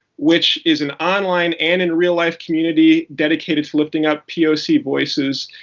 which is an online and in real life community dedicated to lifting up poc voices.